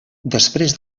després